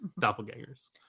doppelgangers